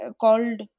called